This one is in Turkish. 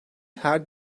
her